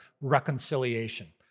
reconciliation